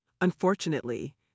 Unfortunately